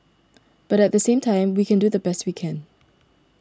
but at the same time we can do the best we can